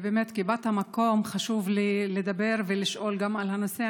כבת המקום חשוב לי לדבר ולשאול על הנושא.